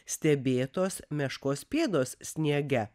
stebėtos meškos pėdos sniege